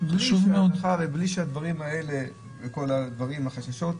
בלי הדברים האלה והחששות,